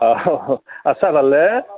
অ আছা ভালে